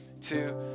Two